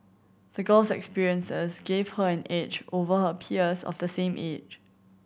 the girl's experiences gave her an edge over her peers of the same age